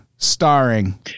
starring